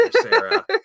Sarah